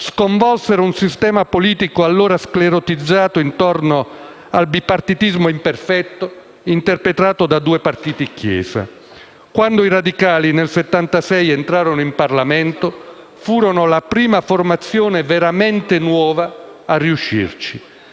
sconvolsero un sistema politico allora sclerotizzato intorno al bipartitismo imperfetto interpretato da due partiti-chiesa. Quando, nel 1976, i radicali entrarono in Parlamento, essi furono la prima formazione veramente nuova a riuscirci.